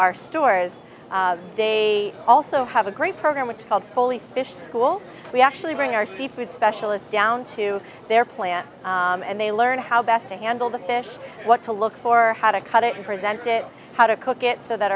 our stores they also have a great program which is called foley fish school we actually bring our seafood specialists down to their plant and they learn how best to handle the fish what to look for how to cut it and present it how to cook it so that